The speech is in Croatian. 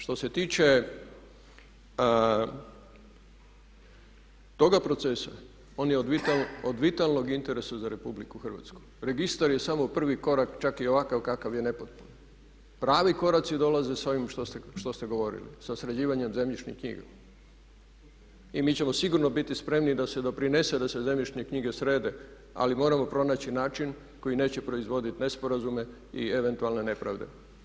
Što se tiče toga procesa on je od vitalnog interesa za RH, registar je samo prvi korak čak i ovakav kakav je nepotpun, pravi koraci dolaze s ovim što ste govorili, sa sređivanjem zemljišnih knjiga i mi ćemo sigurno biti spremni da se doprinese da se zemljišne knjige srede ali moramo pronaći način koji neće proizvodit nesporazume i eventualne nepravde.